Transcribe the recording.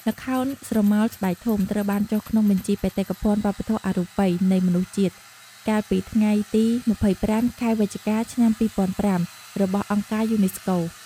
ល្ខោនស្រមោលស្បែកធំ ត្រូវបានចុះក្នុងបញ្ជីបេតិកភណ្ឌវប្បធម៌អរូបី នៃមនុស្សជាតិ កាលពីថ្ងៃទី២៥ ខែវិច្ឆិកា ឆ្នាំ២០០៥ របស់អង្គការយូណេស្កូ។